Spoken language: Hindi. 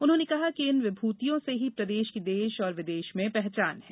उन्होंने कहा कि इन विभूतियों से ही प्रदेश की देश और विदेश में पहचान है